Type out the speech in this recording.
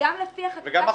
בעיני